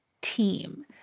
team